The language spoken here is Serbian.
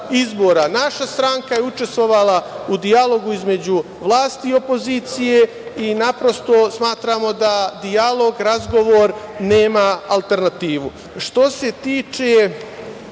stranka je učestvovala u dijalogu između vlasti i opozicije i smatramo da dijalog, razgovor nema alternativu.